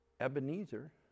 Ebenezer